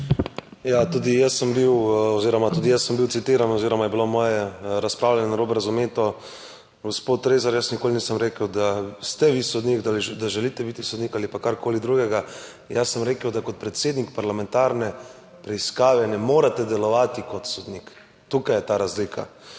Ja, tudi jaz sem bil oziroma tudi jaz sem bil citiran oziroma je bilo moje razpravljanje narobe razumeljeno. Gospod Rezar, jaz nikoli nisem rekel, da ste vi sodnik, da želite biti sodnik ali pa karkoli drugega. Jaz sem rekel, da kot predsednik parlamentarne preiskave ne morete delovati kot sodnik, tukaj je ta razlika.